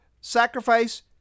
sacrifice